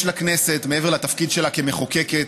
יש לכנסת, מעבר לתפקיד שלה כמחוקקת,